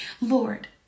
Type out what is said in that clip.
Lord